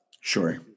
Sure